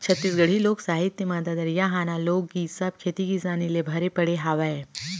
छत्तीसगढ़ी लोक साहित्य म ददरिया, हाना, लोकगीत सब खेती किसानी ले भरे पड़े हावय